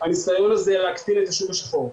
הניסיון הזה להקטין את השוק השחור.